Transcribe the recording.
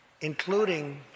including